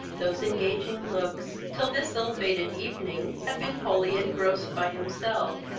those engaging looks, till this ill-fated evening, had been wholly engrossed by himself,